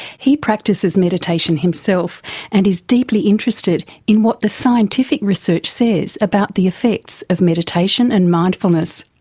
he practises meditation himself and is deeply interested in what the scientific research says about the effects of meditation and mindfulness.